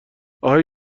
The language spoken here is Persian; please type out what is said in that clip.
آهای